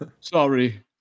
sorry